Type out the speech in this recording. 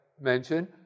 mention